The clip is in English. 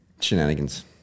shenanigans